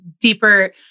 deeper